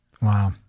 Wow